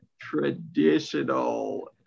traditional